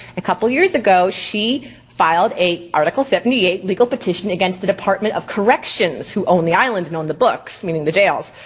a couple years ago she filed a article seventy eight legal petition against the department of corrections, who own the island and own the books, meaning the jails,